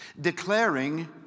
Declaring